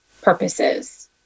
purposes